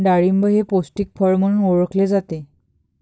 डाळिंब हे पौष्टिक फळ म्हणून ओळखले जाते